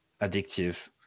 addictive